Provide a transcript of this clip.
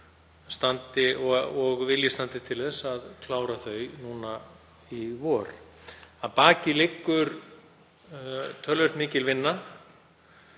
og að vilji standi til þess að klára þau núna í vor. Að baki liggur töluvert mikil vinna